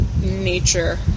nature